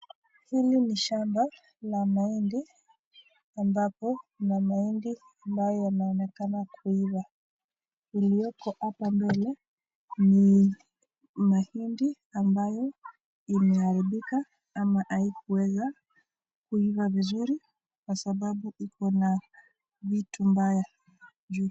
Hili ni shamba la mahidi ambapo kuna mahindi ambayo inaonekana kuivaa. Ilioko hapa mbele ni mahindi ambayo imeharibika ama haikuweza kuiva vizuri kwa sababu iko na vitu mbaya juu.